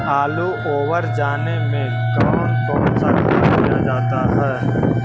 आलू ओवर जाने में कौन कौन सा खाद दिया जाता है?